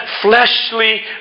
fleshly